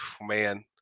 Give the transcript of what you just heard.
man